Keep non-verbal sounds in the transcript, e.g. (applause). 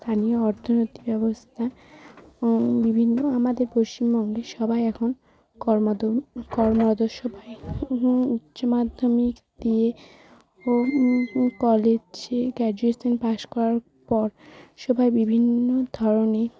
স্থানীয় অর্থনৈতিক ব্যবস্থা ও বিভিন্ন আমাদের পশ্চিমবঙ্গে সবাই এখন (unintelligible) কর্ম অজস্র পায় উচ্চ মাধ্যমিক দিয়ে ও কলেজে গ্র্যাজুয়েশন পাশ করার পর সবাই বিভিন্ন ধরনের